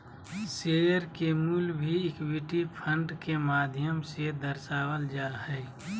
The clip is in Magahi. शेयर के मूल्य भी इक्विटी फंड के माध्यम से दर्शावल जा हय